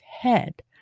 head